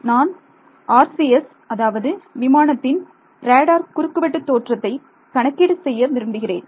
நான் RCS அதாவது விமானத்தின் ரேடார் குறுக்கு வெட்டுத் தோற்றத்தை கணக்கீடு செய்ய விரும்புகிறேன்